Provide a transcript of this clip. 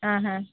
ಹಾಂ ಹಾಂ